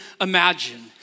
imagine